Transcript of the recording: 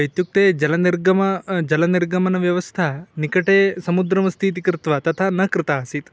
इत्युक्ते जलनिर्गमा जलनिर्गमनव्यवस्था निकटे समुद्रमस्तीति कृत्वा तथा न कृता आसीत्